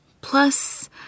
Plus